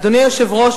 אדוני היושב-ראש,